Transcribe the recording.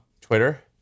Twitter